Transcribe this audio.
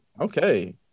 Okay